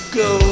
go